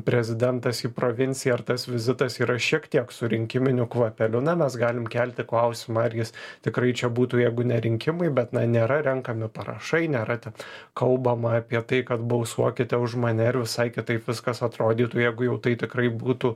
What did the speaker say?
prezidentas į provinciją ar tas vizitas yra šiek tiek su rinkiminiu kvapeliu na mes galim kelti klausimą ar jis tikrai čia būtų jeigu ne rinkimai bet na nėra renkami parašai nėra ten kalbama apie tai kad balsuokite už mane ir visai kitaip viskas atrodytų jeigu jau tai tikrai būtų